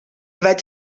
vaig